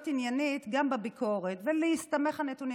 עניינית גם בביקורת ולהסתמך על נתונים,